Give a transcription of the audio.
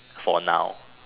for now